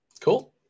Cool